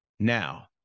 Now